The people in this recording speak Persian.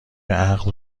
عقد